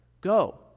go